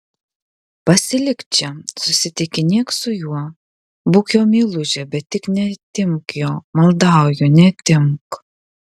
pasilik čia susitikinėk su juo būk jo meilužė bet tik neatimk jo maldauju neatimk